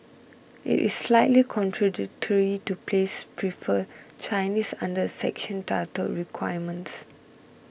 it is slightly contradictory to place prefer Chinese under a section titled requirements